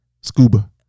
scuba